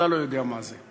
אתה לא יודע מה זה.